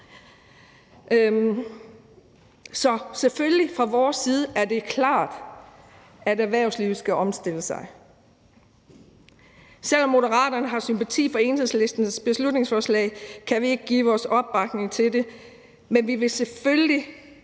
Så set fra vores side er det selvfølgelig klart, at erhvervslivet skal omstille sig. Selv om Moderaterne har sympati for Enhedslistens beslutningsforslag, kan vi ikke give vores opbakning til det, men vi vil selvfølgelig